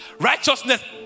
Righteousness